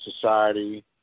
Society